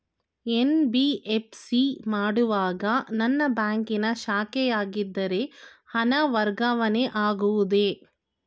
NBFC ಮಾಡುವಾಗ ನನ್ನ ಬ್ಯಾಂಕಿನ ಶಾಖೆಯಾಗಿದ್ದರೆ ಹಣ ವರ್ಗಾವಣೆ ಆಗುವುದೇ?